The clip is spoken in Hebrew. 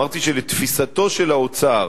אמרתי שלתפיסתו של האוצר,